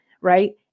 right